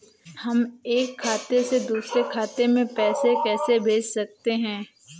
हम एक खाते से दूसरे खाते में पैसे कैसे भेज सकते हैं?